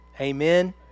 Amen